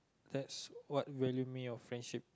that's what value me of friendship